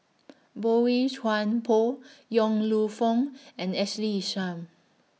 Boey Chuan Poh Yong Lew Foong and Ashley Isham